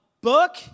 book